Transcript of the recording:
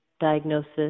diagnosis